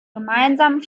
gemeinsamen